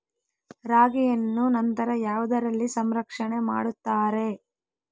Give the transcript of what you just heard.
ರಾಗಿಯನ್ನು ನಂತರ ಯಾವುದರಲ್ಲಿ ಸಂರಕ್ಷಣೆ ಮಾಡುತ್ತಾರೆ?